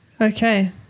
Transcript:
Okay